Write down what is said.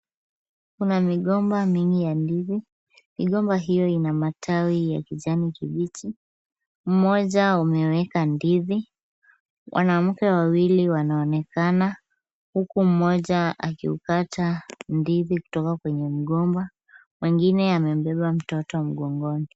Kuna migomba mingi ya ndizi. Migomba hiyo ina matawi ya kijani kibichi. Mmoja wameweka ndizi. Wanawake wawili wanaonekana huku mmoja akiukata ndizi kutoka kwenye mgomba. Mwingine amebeba mtoto mgongoni.